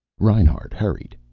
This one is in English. reinhart hurried,